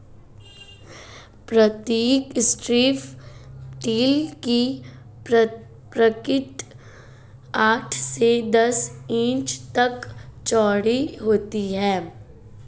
प्रतीक strip till की पंक्ति आठ से दस इंच तक चौड़ी होती है